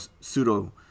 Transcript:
pseudo